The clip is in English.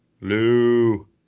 Lou